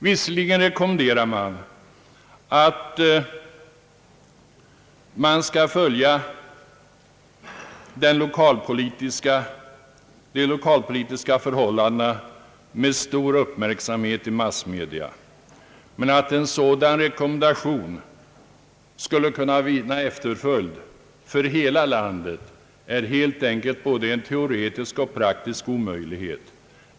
Visserligen rekommenderas att man skall följa de lokalpolitiska förhållandena med stor uppmärsamhet i massmedia, men att en sådan rekommendation skulle kunna vinna efterföljd för hela landet är helt enkelt en både teoretisk och praktisk omöjlighet.